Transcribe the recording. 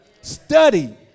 Study